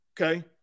Okay